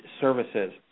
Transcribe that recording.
services